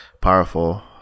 powerful